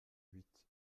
huit